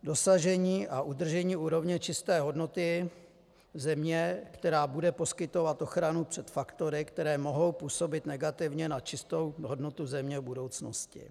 Dosažení a udržení úrovně čisté hodnoty země, která bude poskytovat ochranu před faktory, které mohou působit negativně na čistou hodnotu země v budoucnosti.